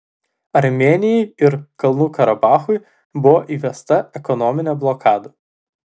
armėnijai ir kalnų karabachui buvo įvesta ekonominė blokada